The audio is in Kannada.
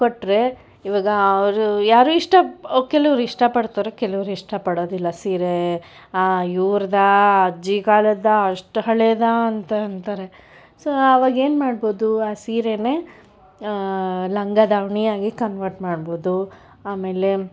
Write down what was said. ಕೊಟ್ಟರೆ ಈವಾಗ ಅವರು ಯಾರು ಇಷ್ಟ ಓ ಕೆಲವರು ಇಷ್ಟಪಡ್ತಾರೆ ಕೆಲವರು ಇಷ್ಟ ಪಡೋದಿಲ್ಲ ಸೀರೆ ಹಾಂ ಇವ್ರದ್ದ ಅಜ್ಜಿ ಕಾಲದ್ದ ಅಷ್ಟು ಹಳೇದ ಅಂತ ಅಂತಾರೆ ಸೊ ಆವಾಗ ಏನು ಮಾಡ್ಬೋದು ಆ ಸೀರೆನೇ ಲಂಗ ದಾವಣಿಯಾಗಿ ಕನ್ವರ್ಟ್ ಮಾಡ್ಬೋದು ಆಮೇಲೆ